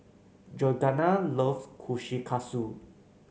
Georganna loves Kushikatsu